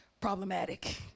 problematic